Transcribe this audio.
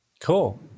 cool